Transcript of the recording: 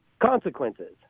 consequences